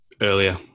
Earlier